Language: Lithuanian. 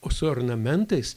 o su ornamentais